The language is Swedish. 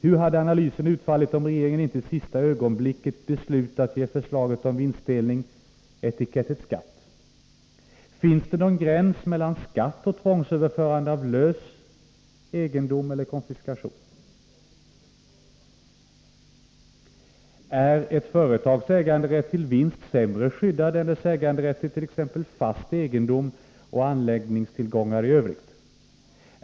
Hur hade analysen utfallit om regeringen inte i sista ögonblicket beslutat ge förslaget om vinstdelning etiketten skatt? Finns det någon gräns mellan skatt och tvångsöverförande av lös egendom eller konfiskation? Är ett företags äganderätt till vinst sämre skyddad än dess äganderätt till t.ex. fast egendom och anläggningstillgångar i övrigt?